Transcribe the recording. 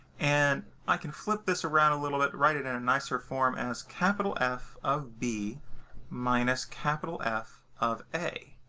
and i can flip this around a little bit and write it in a nicer form as capital f of b minus capital f of a.